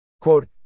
Quote